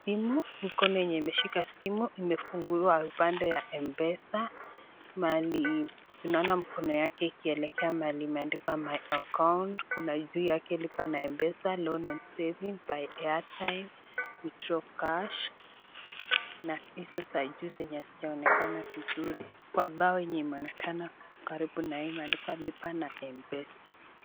Simu, mkono yenye imeshika simu, imefunguliwa upande ya mpesa, mahali tunaona mkono yake ikielekea mahali imeandikwa my account kuna juu yake lipa na mpesa, loans and savings, buy airtime, withdraw cash na hizo za juu zenye hazijaonekana vizuri, kwa bao yenye imeonekana karibu na yeye imeandikwa lipa na mpesa.